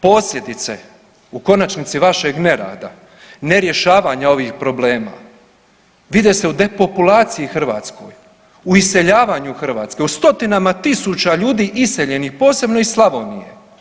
Posljedice, u konačnici, vašeg nerada, nerješavanja ovih problema, vide se u depopulaciji hrvatskoj, u iseljavanju Hrvatske, u stotinama tisuća ljudi iseljenih, posebno iz Slavonije.